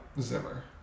Zimmer